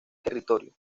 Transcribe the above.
territorio